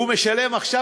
הוא משלם עכשיו,